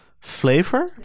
flavor